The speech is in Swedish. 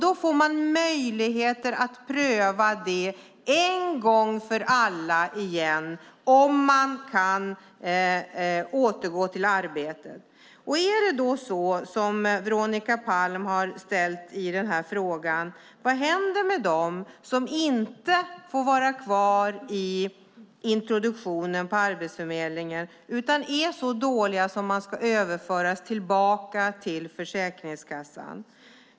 Återigen får man då möjlighet att en gång för alla pröva om personen kan återgå till arbete. Vad händer - som Veronica Palm frågat - med dem som inte får vara kvar i Arbetsförmedlingens introduktion utan som är så dåliga att de ska föras tillbaka till Försäkringskassan?